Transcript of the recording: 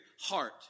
heart